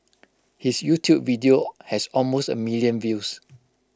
his YouTube video has almost A million views